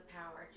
power